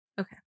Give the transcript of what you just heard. Okay